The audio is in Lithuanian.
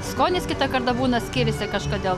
skonis kitą kartą būna skiriasi kažkodėl